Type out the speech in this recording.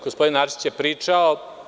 Gospodin Arsić je pričao.